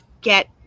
get